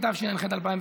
התשע"ח 2018,